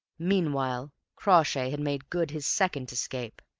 meanwhile crawshay had made good his second escape,